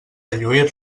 lluir